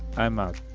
i'm out